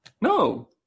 No